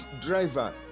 driver